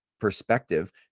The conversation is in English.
perspective